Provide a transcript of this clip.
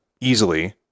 easily